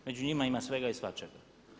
Među njima ima svega i svačega.